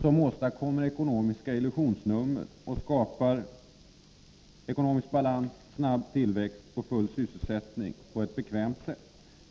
än ekonomiska illusionsnummer när det gäller att skapa balans, snabb tillväxt och full sysselsättning på ett bekvämt sätt.